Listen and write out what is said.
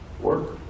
work